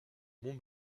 mont